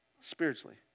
spiritually